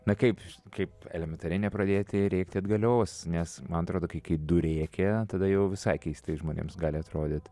na kaip kaip elementariai nepradėti rėkti atgalios nes man atrodo kai kai du rėkia tada jau visai keistai žmonėms gali atrodyt